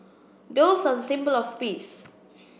doves are the symbol of peace